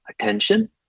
attention